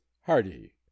hardy